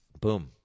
Boom